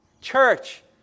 Church